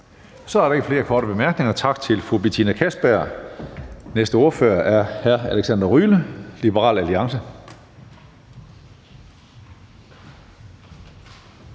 Så er der ikke flere korte bemærkninger. Tak til fru Betina Kastbjerg. Den næste ordfører er hr. Alexander Ryle, Liberal Alliance.